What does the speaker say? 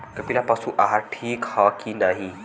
कपिला पशु आहार ठीक ह कि नाही?